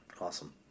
Awesome